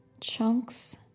chunks